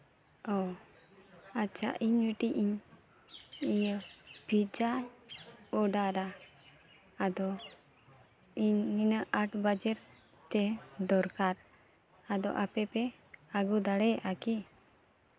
ᱚ ᱟᱪᱪᱷᱟ ᱤᱧ ᱢᱤᱫᱴᱤᱡᱽ ᱤᱧ ᱤᱭᱟᱹ ᱯᱤᱡᱡᱟ ᱚᱰᱟᱨᱟ ᱟᱫᱚ ᱤᱧ ᱱᱤᱱᱟᱹᱜ ᱟᱴ ᱵᱟᱡᱮᱛᱮ ᱫᱚᱨᱠᱟᱨ ᱟᱫᱚ ᱟᱯᱮᱯᱮ ᱟᱹᱜᱩ ᱫᱟᱲᱮᱭᱟᱜᱼᱟ ᱠᱤ